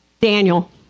Daniel